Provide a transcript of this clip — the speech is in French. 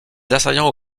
assaillants